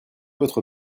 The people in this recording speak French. votre